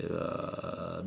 uh